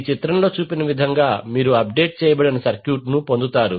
ఈ చిత్రంలో చూపిన విధంగా మీరు అప్డేట్ చేయబడిన సర్క్యూట్ను పొందుతారు